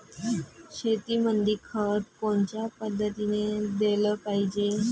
शेतीमंदी खत कोनच्या पद्धतीने देलं पाहिजे?